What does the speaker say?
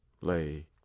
lay